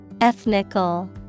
Ethnical